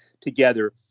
together